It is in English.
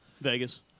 Vegas